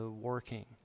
working